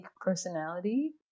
personality